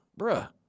Bruh